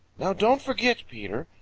now don't forget, peter.